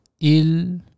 ill